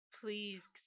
Please